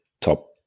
Top